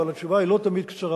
אבל התשובה היא לא תמיד קצרה.